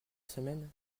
semaine